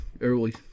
early